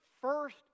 first